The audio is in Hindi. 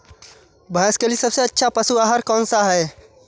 भैंस के लिए सबसे अच्छा पशु आहार कौन सा है?